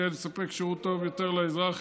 להתייעל ולספק שירות טוב יותר לאזרח,